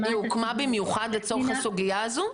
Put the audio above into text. שמעה את --- היא הוקמה במיוחד לצורך הסוגייה הזו?